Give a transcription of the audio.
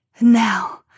Now